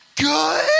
good